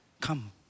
Come